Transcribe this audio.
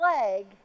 leg